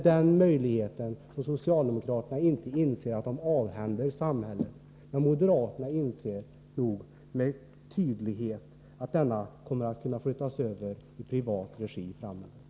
Den möjligheten inser inte socialdemokraterna att de avhänder samhället. Men moderaterna inser nog med tydlighet att den möjligheten övergår i privat regi framöver.